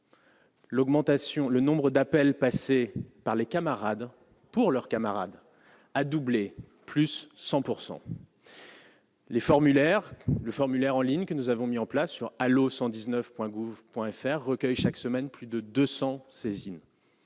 le nombre d'appels passés par des camarades a doublé, soit une augmentation de 100 %. Le formulaire en ligne que nous avons mis en place sur allo119.gouv.fr recueille chaque semaine plus de 200 saisines.